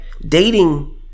dating